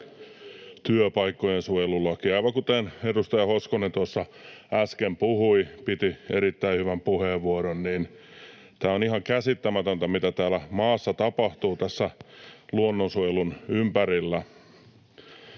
Työpaikkojensuojelulaki. — Aivan kuten edustaja Hoskonen äsken puhui, ja piti erittäin hyvän puheenvuoron, tämä on ihan käsittämätöntä, mitä tässä maassa tapahtuu luonnonsuojelun ympärillä.